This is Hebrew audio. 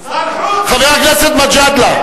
חבר הכנסת גאלב מג'אדלה,